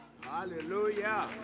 Hallelujah